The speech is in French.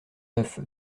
neuf